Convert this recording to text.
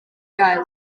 gael